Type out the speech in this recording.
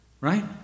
right